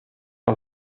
par